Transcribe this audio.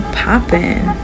popping